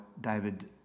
David